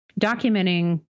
documenting